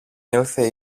ήλθε